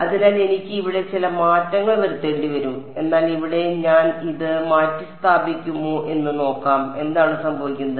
അതിനാൽ എനിക്ക് ഇവിടെ ചില മാറ്റങ്ങൾ വരുത്തേണ്ടി വരും എന്നാൽ ഇവിടെ ഞാൻ ഇത് മാറ്റിസ്ഥാപിക്കുമോ എന്ന് നോക്കാം എന്താണ് സംഭവിക്കുന്നത്